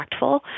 impactful